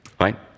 Right